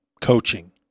coaching